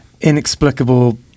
inexplicable